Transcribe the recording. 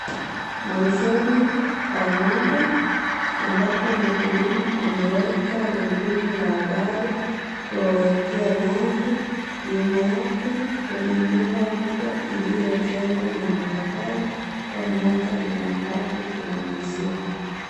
Malishoni pa ng'ombe ambapo mkulima ameweka gurudumu la gari kuwawekea nyasi nyuma yake kuna nyumba kubwa iliyojengwa na matofali pamoja na mabati kumalizia.